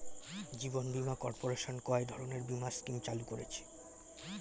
জীবন বীমা কর্পোরেশন কয় ধরনের বীমা স্কিম চালু করেছে?